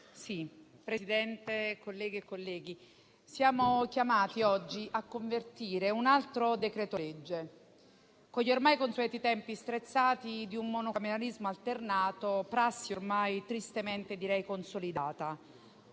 Presidente, colleghe e colleghi, siamo chiamati oggi a convertire un altro decreto-legge, con gli ormai consueti tempi strizzati di un monocameralismo alternato, prassi ormai tristemente consolidata.